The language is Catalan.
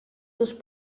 seus